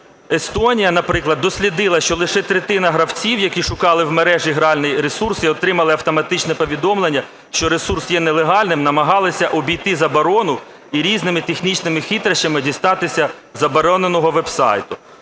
Естонія, наприклад, дослідила, що лише третина гравців, які шукали в мережі гральні ресурси, отримали автоматичне повідомлення, що ресурс є нелегальним і намагалися обійти заборону, і різними технічними хитрощами дістатися забороненого веб-сайту.